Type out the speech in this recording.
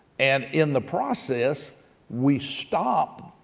and in the process we stop,